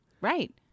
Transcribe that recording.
Right